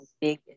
big